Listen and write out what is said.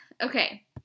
Okay